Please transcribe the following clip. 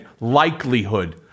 likelihood